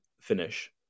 finish